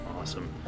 awesome